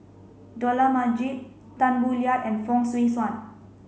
Dollah Majid Tan Boo Liat and Fong Swee Suan